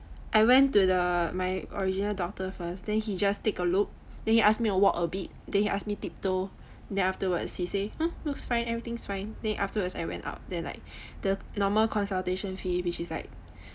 I went to the my original doctor first then he just take a look he ask me to walk a bit then he ask me tiptoe then afterwards he say hmm looks fine everything is fine then afterwards I went out then like the normal consultation fee which is like